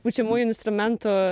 pučiamųjų instrumentų